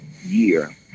year